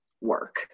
work